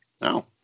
No